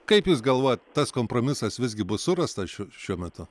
kaip jūs galvojat tas kompromisas visgi bus surastas šių šiuo metu